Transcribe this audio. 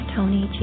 Tony